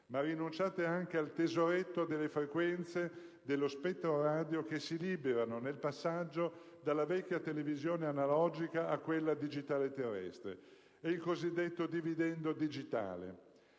ma rinunciate anche al "tesoretto" delle frequenze dello spettro radio che si liberano nel passaggio dalla vecchia televisione analogica a quella digitale terrestre. È il cosiddetto dividendo digitale.